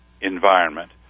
environment